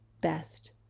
best